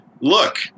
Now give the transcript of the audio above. look